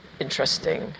interesting